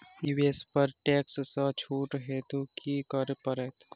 निवेश पर टैक्स सँ छुट हेतु की करै पड़त?